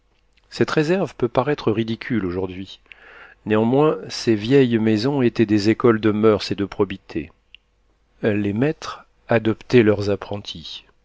cette réserve peut paraître ridicule aujourd'hui néanmoins ces vieilles maisons étaient des écoles de moeurs et de probité les maîtres adoptaient leurs apprentis